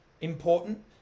important